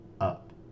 up